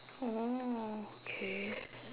oh okay